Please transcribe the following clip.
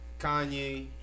Kanye